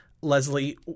Leslie